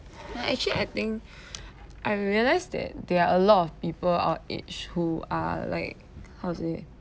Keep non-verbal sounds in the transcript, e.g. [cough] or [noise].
uh actually I think [breath] I realise that there are a lot of people our age who are like how to say it